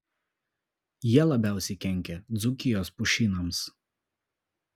jie labiausiai kenkia dzūkijos pušynams